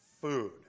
food